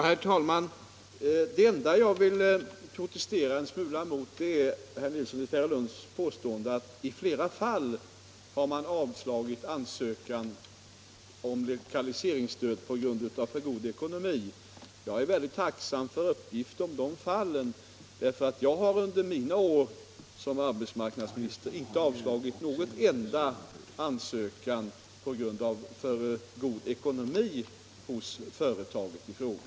Herr talman! Det enda jag vill protestera en smula mot är herr Nilssons i Tvärålund påstående att man i flera fall har avslagit ansökningar om Jokaliseringsstöd på grund av för god ekonomi. Jag är väldigt tacksam för uppgift öm de fallen, för jag har under mina år som arbetsmarknadsminister inte avslagit en enda ansökan på grund av för god ekonomi hos företaget i fråga.